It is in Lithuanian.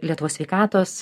lietuvos sveikatos